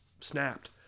snapped